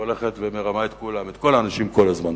והולכת ומרמה את כולם, את כל האנשים, כל הזמן.